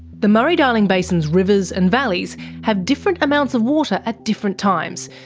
the murray-darling basin's rivers and valleys have different amounts of water at different times,